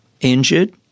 injured